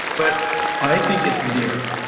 but i think it's near.